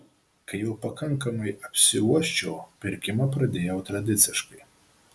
kai jau pakankamai apsiuosčiau pirkimą pradėjau tradiciškai